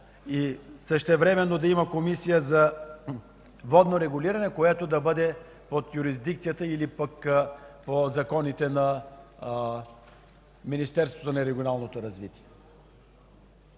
Същевременно да има Комисия за водно регулиране под юрисдикцията или по законите на Министерството на регионалното развитие.